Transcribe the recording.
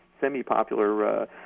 semi-popular